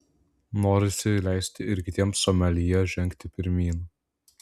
norisi leisti ir kitiems someljė žengti pirmyn